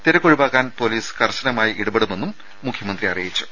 തിരക്ക് ഒഴിവാക്കാൻ പൊലീസ് കർശനമായി ഇടപെടുമെന്നും അദ്ദേഹം അറിയിച്ചു